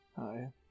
Hi